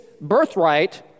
birthright